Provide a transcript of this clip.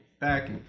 back